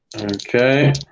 Okay